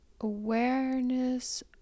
Awareness